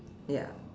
ya